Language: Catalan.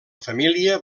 família